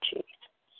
Jesus